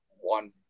one